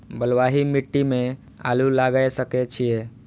बलवाही मिट्टी में आलू लागय सके छीये?